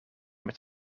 met